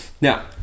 Now